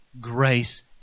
grace